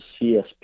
CSP